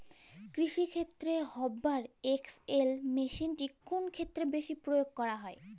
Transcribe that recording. কৃষিক্ষেত্রে Hoover XL মেশিনটি কোন ক্ষেত্রে বেশি প্রয়োগ করা হয়?